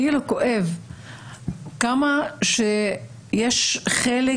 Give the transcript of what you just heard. כואב כמה שיש חלק